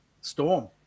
storm